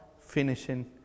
finishing